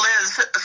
Liz